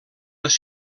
les